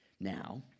Now